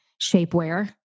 shapewear